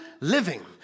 living